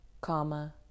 comma